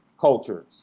cultures